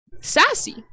Sassy